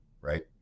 right